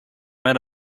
met